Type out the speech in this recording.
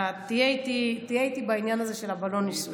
אתה תהיה איתי בעניין הזה של בלון הניסוי.